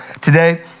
today